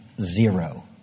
zero